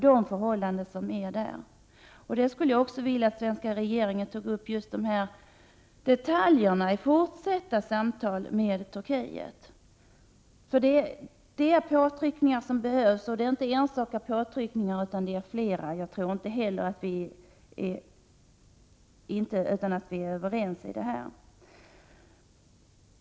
Jag skulle vilja att den svenska regeringen tar upp just dessa detaljer vid de fortsatta samtalen med Turkiet. Det behövs påtryckningar, och inte bara enstaka sådana utan flera. Jag tror säkert att vi är överens om detta.